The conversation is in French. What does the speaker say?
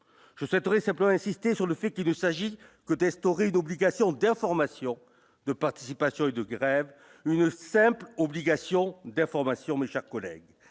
je souhaiterais simplement insister sur le fait qu'il ne s'agit que Testore une obligation d'information, de participation et de grève, une simple obligation d'information, mes chers collègues,